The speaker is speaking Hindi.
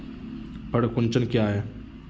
पर्ण कुंचन क्या है?